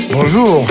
Bonjour